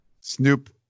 Snoop